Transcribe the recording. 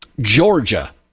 Georgia